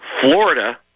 Florida